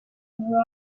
tiburón